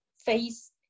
face